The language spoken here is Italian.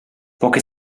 poche